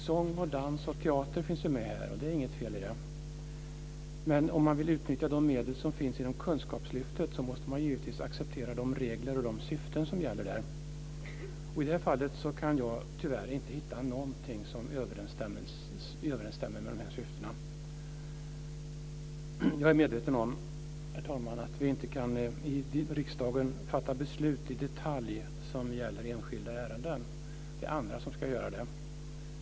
Sång, dans och teater finns med här, och det är inget fel i det, men om man vill utnyttja de medel som finns inom Kunskapslyftet måste man givetvis acceptera de regler och de syften som gäller där. I det här fallet kan jag tyvärr inte hitta någonting som överensstämmer med de syftena. Jag är, herr talman, medveten om att vi inte kan i riksdagen fatta beslut i detalj som gäller enskilda ärenden. Det är andra som ska göra det.